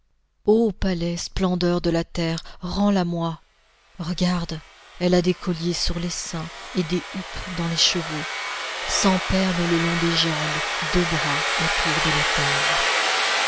ô palais splendeur de la terre rends-la-moi regarde elle a des colliers sur les seins et des houppes dans les cheveux cent perles le long des jambes deux bras autour de la taille